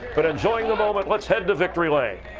but enjoying the moment let's head to victory lane.